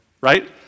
right